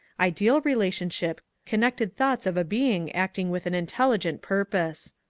ideal relationship, connected thoughts of a being acting with an intelligent purpose.